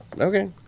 Okay